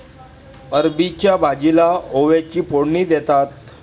अरबीच्या भाजीला ओव्याची फोडणी देतात